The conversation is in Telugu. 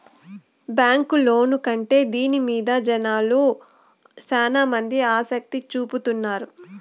బ్యాంక్ లోను కంటే దీని మీద జనాలు శ్యానా మంది ఆసక్తి చూపుతున్నారు